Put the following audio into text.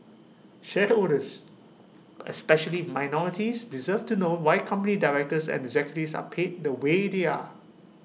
shareholders especially minorities deserve to know why company directors and executives are paid the way they are